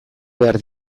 behar